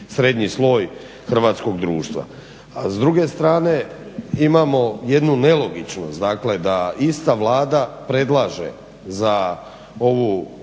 srednji sloj hrvatskog društva. A s druge strane imamo jednu nelogičnost, dakle da ista Vlada predlaže za ovu